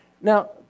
Now